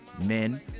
men